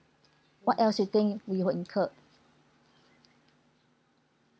what else you think we will incurred